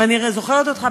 ואני הרי זוכרת אותך,